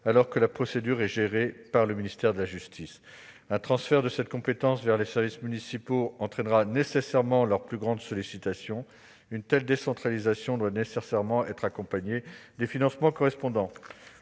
alors que la procédure est gérée par le ministère de la justice. Un transfert de cette compétence vers les services municipaux entraînera nécessairement leur plus grande sollicitation. Une telle décentralisation doit être accompagnée des financements correspondants.